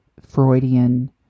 freudian